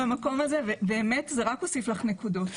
במקום הזה ובאמת זה רק הוסיף לך נקודות.